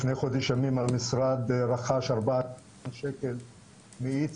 לפני כחודש ימים המשרד רכש מאיץ נוסף,